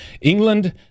England